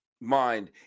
mind